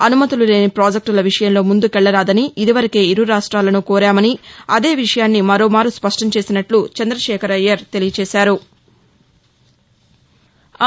అనుమతులు లేని ప్రాజెక్టుల విషయంలో ముందుకెళ్లరాదని ఇదివరకే ఇరు రాష్ట్రాలను కోరామని అదే విషయాన్ని మరోమారు స్పష్టం చేసినట్లు చంద్రదశేఖర్ అయ్యర్ తెలిపారు